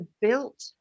built